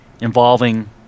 involving